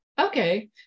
okay